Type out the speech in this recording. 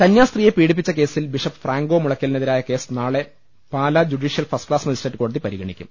കന്യാസ്ത്രീയെ പീഡിപ്പിച്ച കേസിൽ ബിഷപ്പ് ഫ്രാങ്കോ മുളയ്ക്കലിനെതിരായ കേസ് നാളെ പാലാ ജുഡീഷ്യൽ ഫസ്റ്റ്ക്ലാസ് മജിസ്ട്രേറ്റ് കോടതി പരിഗ ണിക്കും